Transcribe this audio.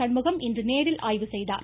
சண்முகம் இன்று நேரில் ஆய்வு செய்தார்